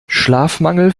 schlafmangel